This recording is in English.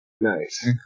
Nice